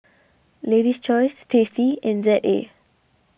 Lady's Choice Tasty and Z A